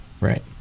Right